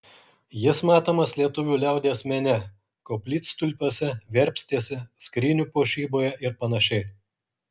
jis matomas lietuvių liaudies mene koplytstulpiuose verpstėse skrynių puošyboje ir panašiai